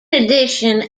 addition